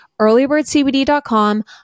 earlybirdcbd.com